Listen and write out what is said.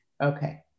Okay